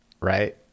right